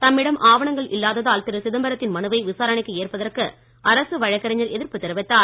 தம்மிடம் இல்லாததால் திரு சிதம்பரத்தின் மனுவை விசாரணைக்கு ஏற்பதற்கு அரசு வழக்கறிஞர் எதிர்ப்பு தெரிவித்தார்